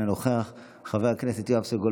אינו נוכח,